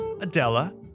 Adela